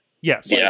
Yes